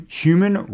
human